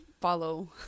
follow